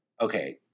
okay